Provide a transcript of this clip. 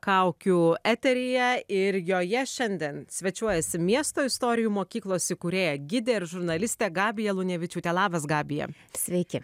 kaukių eteryje ir joje šiandien svečiuojasi miesto istorijų mokyklos įkūrėja gidė ir žurnalistė gabija lunevičiūtė labas gabija sveiki